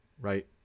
right